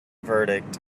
verdict